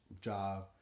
job